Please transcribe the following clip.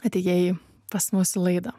atėjai pas mus į laidą